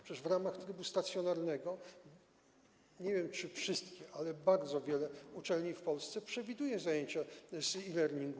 Przecież w ramach trybu stacjonarnego - nie wiem, czy wszystkie - bardzo wiele uczelni w Polsce przewiduje zajęcia z e-learningu.